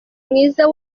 mwiza